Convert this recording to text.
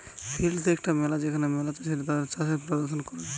field দে একটা মেলা যেখানে ম্যালা চাষীরা তাদির চাষের প্রদর্শন করেটে